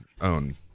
own